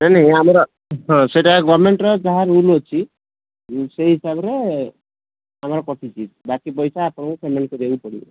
ନାହିଁ ନାହିଁ ଆମର ହଁ ସେଇଟା ଗମେଣ୍ଟ୍ର ଯାହା ରୁଲ୍ ଅଛି ସେଇ ହିସାବରେ ଆମର କଟୁଛି ବାକି ପଇସା ଆପଣଙ୍କୁ ପେମେଣ୍ଟ୍ କରିବାକୁ ପଡ଼ିବ